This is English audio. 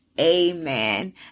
amen